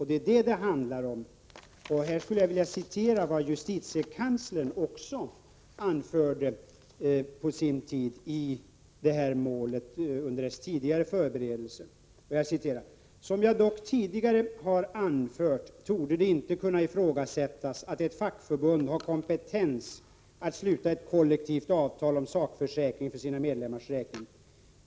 Det är detta det handlar om, och här skulle jag vilja citera vad justitiekanslern på sin tid anförde i målet under dess tidigare förberedelse: ”Som jag dock tidigare har anfört, torde det inte kunna ifrågasättas att ett fackförbund har kompetens att sluta ett kollektivt avtal om sakförsäkring för sina medlemmars räkning.